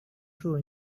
true